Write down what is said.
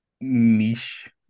niche